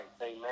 Amen